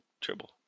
triple